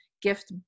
gift